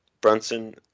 Brunson